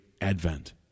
Advent